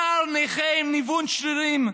נער נכה עם ניוון שרירים,